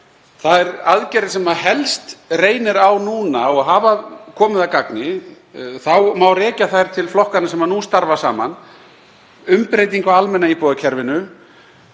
að þær aðgerðir sem helst reynir á núna og hafa komið að gagni má rekja til flokkanna sem nú starfa saman. Umbreyting á almenna íbúðakerfinu,